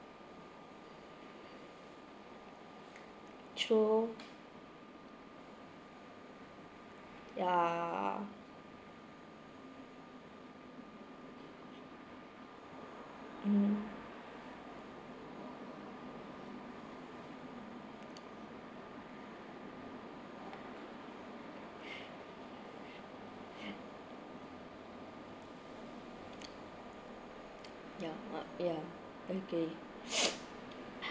true ya mm ya ah ya okay